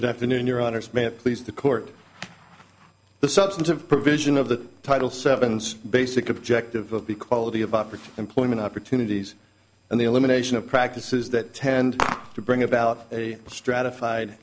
afternoon your honor smith pleased to court the substantive provision of the title seven's basic objective of the quality of opportune employment opportunities and the elimination of practices that tend to bring about a stratified